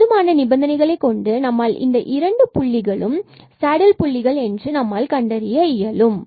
போதுமான நிபந்தனைகளை கொண்டு நம்மால் இந்த இரண்டு புள்ளிகளும் சேடில் புள்ளிகள் என்று நம்மால் கண்டறிய இயலும்